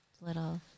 little